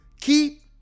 Keep